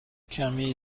کمی